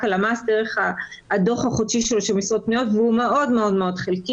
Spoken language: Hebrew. הלמ"ס דרך הדוח החודשי שלו של משרות פנויות והוא מאוד חלקי,